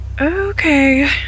Okay